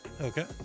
Okay